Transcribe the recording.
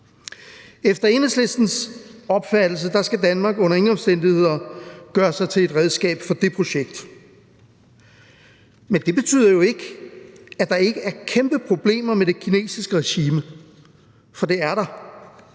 Efter Enhedslistens opfattelse skal Danmark under ingen omstændigheder gøre sig til et redskab for det projekt. Men det betyder jo ikke, at der ikke er kæmpeproblemer med det kinesiske regime, for det er der.